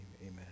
Amen